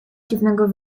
dziwnego